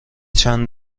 چند